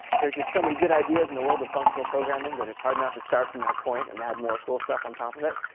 there are just so many good ideas in the world of functional programming that it's hard not to start from that point and add more cool stuff on top of that.